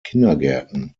kindergärten